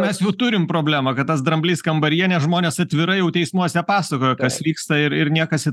mes jau turim problemą kad tas dramblys kambaryje nes žmonės atvirai jau teismuose pasakoja kas vyksta ir ir niekas į